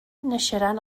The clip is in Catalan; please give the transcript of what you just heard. naixeran